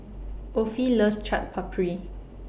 Offie loves Chaat Papri